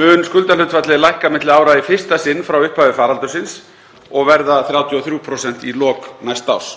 mun skuldahlutfallið lækka milli ára í fyrsta sinn frá upphafi faraldursins og verða 33% í lok næsta árs.